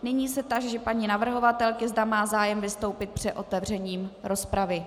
Nyní se táži paní navrhovatelky, zda má zájem vystoupit před otevřením rozpravy.